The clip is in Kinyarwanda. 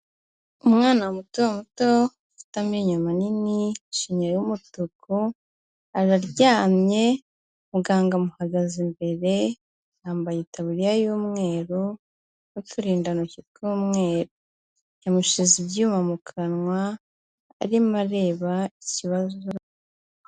Umwana muto muto ufite amenyo manini, ishinya y'umutuku, araryamye, muganga amuhagaze imbere, yambaye itaburiya y'umweru n'uturindantoki tw'umweru. Yamushyize ibyuma mu kanwa arimo areba ikibazo.